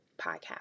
podcast